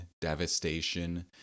devastation